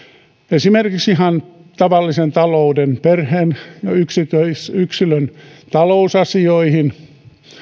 esimerkiksi ihan tavallisen talouden perheen ja yksilön talousasioihin